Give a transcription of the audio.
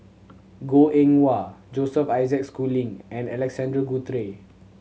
Goh Eng Wah Joseph Isaac Schooling and Alexander Guthrie